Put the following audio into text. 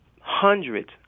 hundreds